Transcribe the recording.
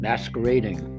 Masquerading